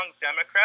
Democrat